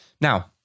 Now